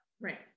right